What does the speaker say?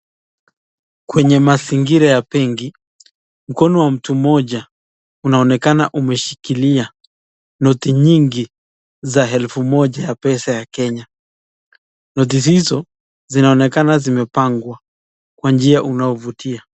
kwenye mazingira ya benki mkono wa mtu mmoja unaonekana umeshikilia noti nyingi za elfu moja ya pesa ya Kenya. Noti hizo zinaonekana zimepangwa kwa njia unaovutia.